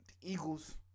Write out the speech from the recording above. Eagles